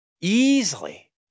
Easily